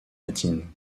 latine